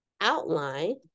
outline